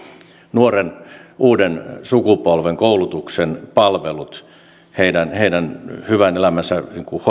nuoren uuden sukupolven palvelut heidän heidän hyvän elämänsä